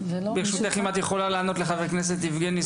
ברשותך, אם את יכולה לענות לחבר הכנסת יבגני סובה.